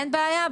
אין בעיה,